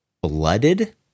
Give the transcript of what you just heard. blooded